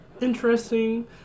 Interesting